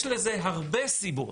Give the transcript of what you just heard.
יש לזה הרבה סיבות,